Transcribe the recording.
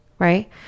right